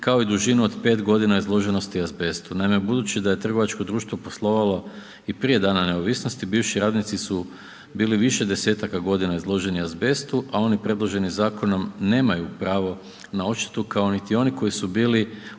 kao i dužinu od 5 g. izloženosti azbestu. Naime budući da je trgovačko društvo poslovalo i prije Dana neovisnosti, bivši radnici su bili više 10-aka godina izloženi azbestu a oni predloženi zakonom nemaju pravo na odštetu kao niti oni koji su bili